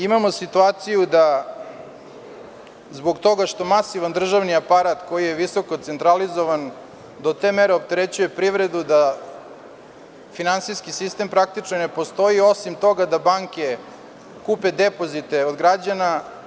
Imamo situaciju da zbog toga što masivan državni aparat, koji je visokocentralizovan, do te mere opterećuje privredu da finansijski sistem praktično i ne postoji, osim toga da banke kupe depozite od građana.